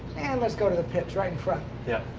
and let's go to the pits, right in front. yeah